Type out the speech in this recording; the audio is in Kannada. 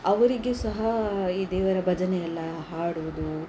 ಅವರಿಗೆ ಸಹ ಈ ದೇವರ ಭಜನೆಯೆಲ್ಲ ಹಾಡುವುದು